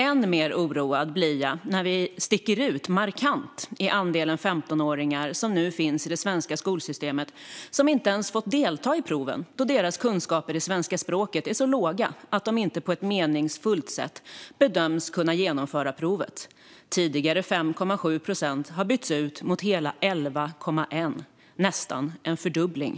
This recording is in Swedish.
Än mer oroad blir jag när vi sticker ut markant när det gäller andelen 15-åringar som nu finns i det svenska skolsystemet och som inte ens har fått delta i proven då deras kunskaper i svenska språket är så låga att de inte på ett meningsfullt sätt bedöms kunna genomföra provet. Tidigare 5,7 procent har blivit hela 11,1 procent - nästan en fördubbling.